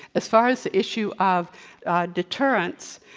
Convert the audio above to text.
as far as the issue of deterrents,